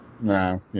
No